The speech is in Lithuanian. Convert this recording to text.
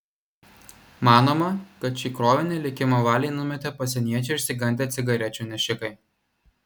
manoma kad šį krovinį likimo valiai numetė pasieniečių išsigandę cigarečių nešikai